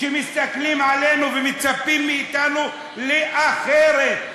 ומסתכלים עלינו ומצפים מאתנו לאחרת,